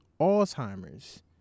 alzheimer's